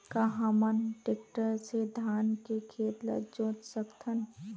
का हमन टेक्टर से धान के खेत ल जोत सकथन?